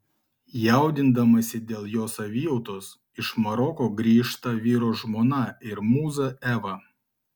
jaudindamasi dėl jo savijautos iš maroko grįžta vyro žmona ir mūza eva